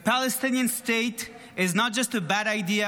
A Palestinian state is not just a bad idea,